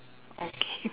okay